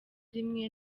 rimwe